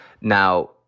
now